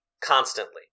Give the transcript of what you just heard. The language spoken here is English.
constantly